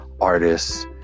artists